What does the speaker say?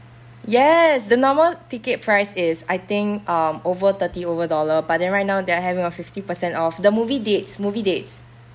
yes the normal ticket price is I think um over thirty over dollar but then right now they are having a fifty per cent off the movie dates movie dates